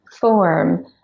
form